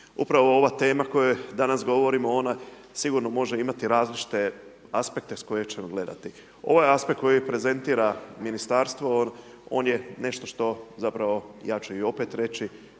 Upravo ova tema o kojoj danas govorimo ona sigurno može imati različite aspekte s koje ćemo gledati. Ovaj je aspekt koji prezentira ministarstvo on je nešto što zapravo ja ću i opet reći,